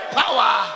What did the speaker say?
power